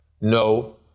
No